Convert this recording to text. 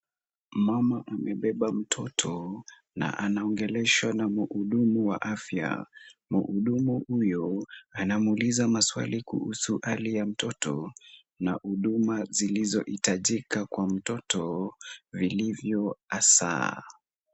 Mama amebeba mtoto na anaongeleshwa na mhudumu wa afya. Mhudumu huyu, anamuuliza maswali kuhusu hali ya mtoto na huduma zilizohitajika kwa mtoto vilivyo hasa.